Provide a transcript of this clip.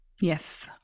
Yes